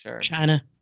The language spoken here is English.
China